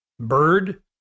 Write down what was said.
Bird